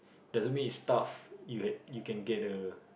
doesn't mean you staff you had you can get the